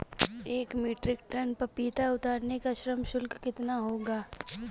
एक metric tonne पपीता उतारने का श्रम शुल्क कितना होगा?